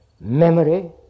Memory